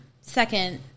second